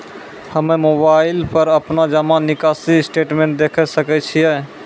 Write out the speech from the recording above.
हम्मय मोबाइल पर अपनो जमा निकासी स्टेटमेंट देखय सकय छियै?